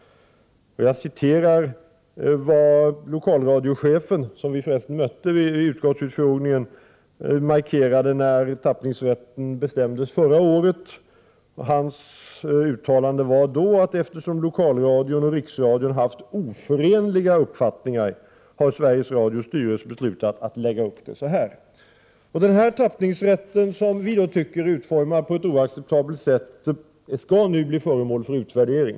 Jag skall referera vad lokalradiochefen, som vi för resten träffade vid utskottsutfrågningen, markerade när man fattade beslut om tappningsrätten förra året. Han uttalade då, att eftersom lokalradion och riksradion haft oförenliga uppfattningar har Sveriges Radios styrelse beslutat att lägga upp det så här. Den tappningsrätt som vi anser är utformad på ett oacceptabelt sätt skall nu bli föremål för utvärdering.